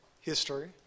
history